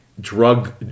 drug